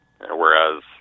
whereas